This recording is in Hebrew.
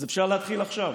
אז אפשר להתחיל עכשיו?